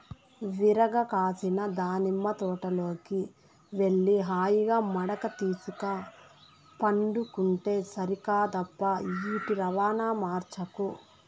విరగ కాసిన దానిమ్మ తోటలోకి వెళ్లి హాయిగా మడక తీసుక పండుకుంటే సరికాదప్పా ఈటి రవాణా మార్చకు